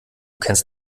kennst